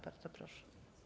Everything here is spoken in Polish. Bardzo proszę.